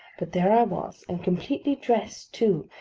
but there i was and completely dressed too,